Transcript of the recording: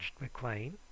McLean